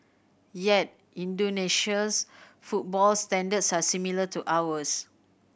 yet Indonesia's football standards are similar to ours